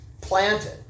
planted